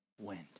wind